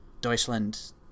Deutschland